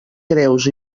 greus